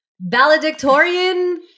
valedictorian